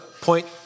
point